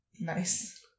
Nice